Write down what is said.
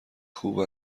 خوب